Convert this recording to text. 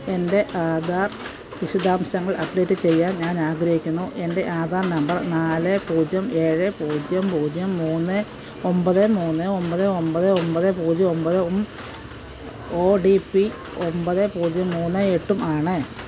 എൻ്റെ ആധാർ വിശദാംശങ്ങൾ അപ്ഡേറ്റ് ചെയ്യാൻ ഞാൻ ആഗ്രഹിക്കുന്നു എൻ്റെ ആധാർ നമ്പർ നാല് പൂജ്യം ഏഴ് പൂജ്യം പൂജ്യം മൂന്ന് ഒമ്പത് മൂന്ന് ഒമ്പത് ഒമ്പത് ഒമ്പത് പൂജ്യം ഒമ്പതും ഒ ഡി പി ഒമ്പത് പൂജ്യം മൂന്ന് എട്ടും ആണ്